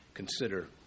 Consider